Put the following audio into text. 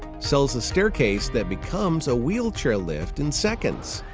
sells a staircase that becomes a wheelchair lift in seconds.